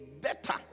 better